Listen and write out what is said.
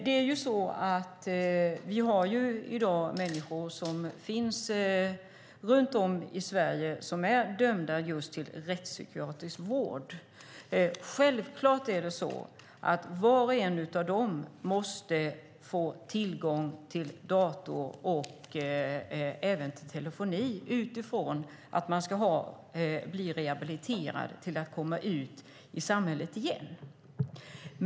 Det finns i dag människor runt om i Sverige som är dömda till rättspsykiatrisk vård. Självklart måste var och en av dem få tillgång till dator och telefoni med utgångspunkt i att de ska bli rehabiliterade och komma ut i samhället igen.